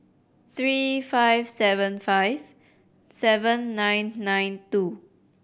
three five seven five seven nine nine two